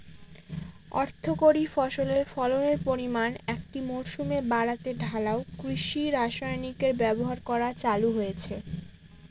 অর্থকরী ফসলের ফলনের পরিমান একটি মরসুমে বাড়াতে ঢালাও কৃষি রাসায়নিকের ব্যবহার করা চালু হয়েছে